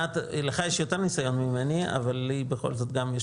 לך יש יותר ניסיון ממני אבל לי בכל זאת גם יש